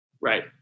Right